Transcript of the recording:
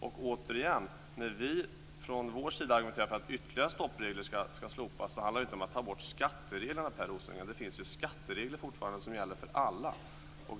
Och återigen: När vi från vår sida har argumenterat för att ytterligare stoppregler ska slopas handlar det inte om att ta bort skattereglerna, Per Rosengren. Det finns ju fortfarande skatteregler som gäller för alla.